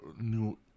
new